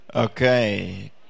Okay